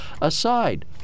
aside